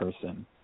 person